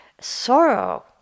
sorrow